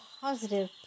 positive